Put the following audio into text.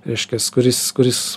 reiškias kuris kuris